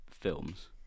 films